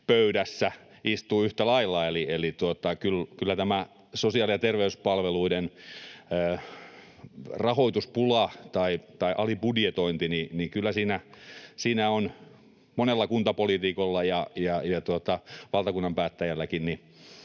pöydässä istuu yhtä lailla. Eli kyllä tässä sosiaali- ja terveyspalveluiden rahoituspulassa tai alibudjetoinnissa on monella kuntapoliitikolla ja valtakunnan päättäjälläkin